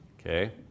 Okay